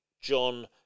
John